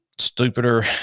stupider